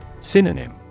Synonym